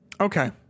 Okay